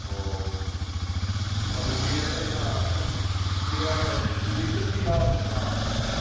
ꯑꯣ ꯑꯗꯒꯤ ꯑꯩꯅ ꯂꯤꯁ ꯄꯤꯔꯛꯂꯒ ꯗꯤꯂꯤꯕꯔꯤꯗꯤ ꯌꯥꯕ ꯅꯠꯇ꯭ꯔꯣ